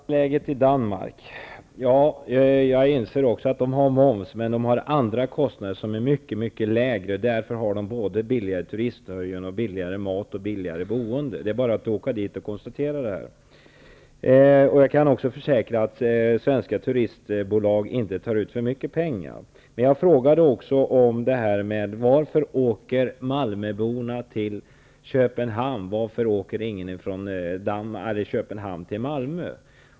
Fru talman! Beträffande kostnadsläget i Danmark vill jag säga att också jag inser att man där betalar moms. Men kostnaderna i en del andra avseenden är väsentligt lägre. Därför är turistnöjen, mat och boende billigare i Danmark. Den som åker till Danmark kan konstatera att det är så. Vidare kan jag försäkra att svenska turistbolag inte tar ut för mycket pengar. Köpenhamn till Malmö?